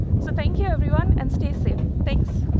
so thank you, everyone. and stay safe. thanks.